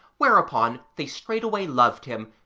whereupon, they straightway loved him,